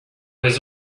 was